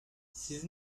siz